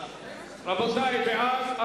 התשס"ח 2008, נתקבלה.